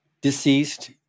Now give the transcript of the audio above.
deceased